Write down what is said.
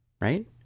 right